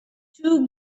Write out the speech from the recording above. two